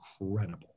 incredible